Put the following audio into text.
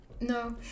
No